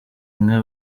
inka